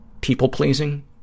people-pleasing